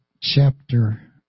chapter